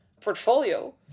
portfolio